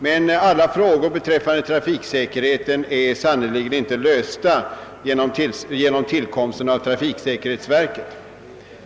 Men alla frågor beträffande trafiksäkerheten är sannerligen inte lösta genom tillkomsten av detta verk.